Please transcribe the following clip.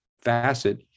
facet